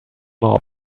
mob